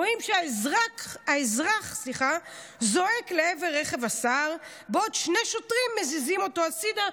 רואים שהאזרח זועק לעבר רכב השר בעוד שני שוטרים מזיזים אותו הצידה,